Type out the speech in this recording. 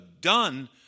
done